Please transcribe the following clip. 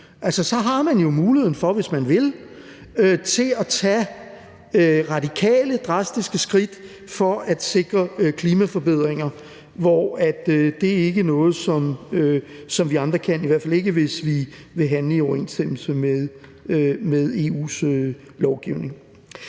så har man jo muligheden for, hvis man vil, at tage radikale, drastiske skridt for at sikre klimaforbedringer. Det er ikke noget, som vi andre kan, i hvert fald ikke hvis vi vil handle i overensstemmelse med EU's lovgivning.